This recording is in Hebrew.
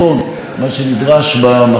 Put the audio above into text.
מה שנדרש במחנה שלכם,